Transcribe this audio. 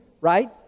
right